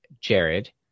Jared